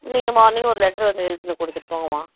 நீங்கள் மார்னிங் ஒரு லெட்ரு வந்து எழுதிவிட்டு கொடுத்துட்டு போங்க அம்மா